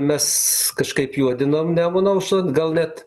mes kažkaip juodinam nemuno aušrą gal net